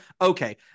Okay